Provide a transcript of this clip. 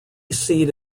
seat